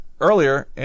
earlier